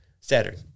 Saturn